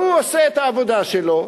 הוא עושה את העבודה שלו.